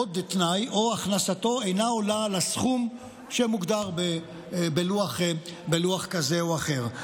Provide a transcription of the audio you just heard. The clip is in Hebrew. עוד תנאי: הכנסתו אינה עולה על הסכום שמוגדר בלוח כזה או אחר.